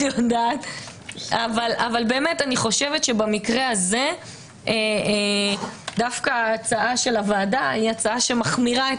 אבל במקרה הזה דווקא ההצעה של הוועדה היא מחמירה את